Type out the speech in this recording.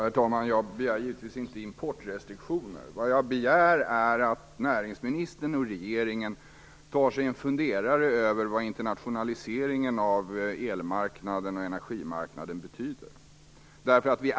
Herr talman! Jag begär givetvis inte importrestriktioner. Vad jag begär är att näringsministern och regeringen tar sig en funderare över vad internationaliseringen av elmarknaden och energimarknaden betyder.